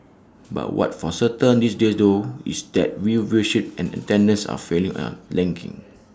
but what's for certain these days though is that viewership and attendance are falling and tanking